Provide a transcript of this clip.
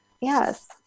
Yes